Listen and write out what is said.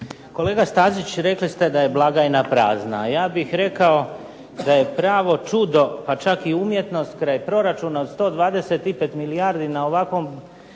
Kolega Stazić, rekli ste da je blagajna prazna, a ja bih rekao da je pravo čudo, pa čak i umjetnost kraj proračuna od 125 milijardi na ovakvom